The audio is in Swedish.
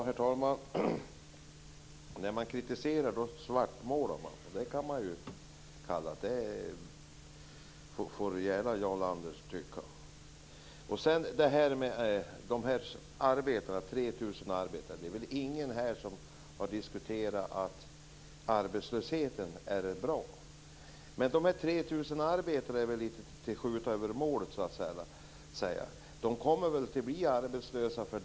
Herr talman! När man kritiserar så svartmålar man. Ja, så kan man ju kalla det. Det kan Jarl Lander gärna tycka. Ingen här har sagt att arbetslösheten skulle vara bra. Men det är väl litet grand att skjuta över målet när det gäller de här 3 000 arbetarna. De kommer att bli arbetslösa.